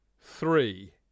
three